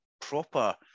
proper